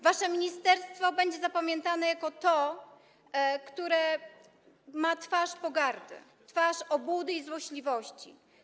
Wasze ministerstwo będzie zapamiętane jako to, które ma twarz pogardy, twarz obłudy i złośliwości.